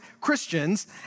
Christians